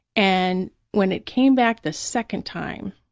and when it came back the second time,